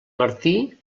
martí